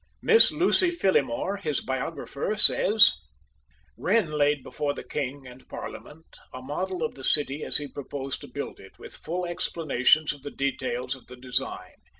miss lucy phillimore, his biographer, says wren laid before the king and parliament a model of the city as he proposed to build it, with full explanations of the details of the design.